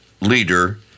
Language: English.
leader